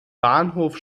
bahnhof